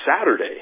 Saturday